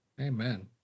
Amen